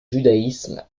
judaïsme